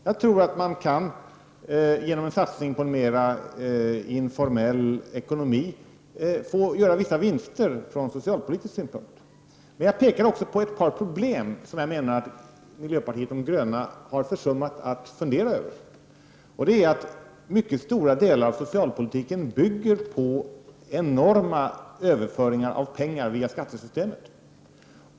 Jag tror att man, genom en satsning på en mer informell ekonomi, kan göra vissa vinster från socialpolitisk synpunkt. Men jag pekade också på ett par problem som jag menar att miljöpartiet de gröna har försummat att fundera över. Mycket stora delar av socialpolitiken bygger på enorma överföringar av pengar via skattesystemet.